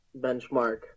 benchmark